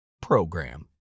PROGRAM